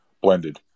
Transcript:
blended